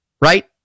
right